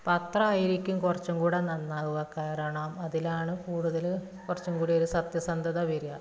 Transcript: പത്രമായിരിക്കും കുറച്ചും കൂടെ നന്നാവുക കാരണം അതിലാണ് കൂടുതൽ കുറച്ചും കൂടെ ഒരു സത്യസന്ധത വരിക